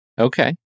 Okay